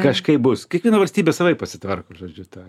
kažkaip bus kiekviena valstybė savaip pasitvarko žodžiu tą